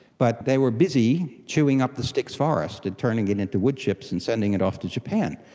but they were busy chewing up the styx forest and turning it into woodchips and sending it off to japan.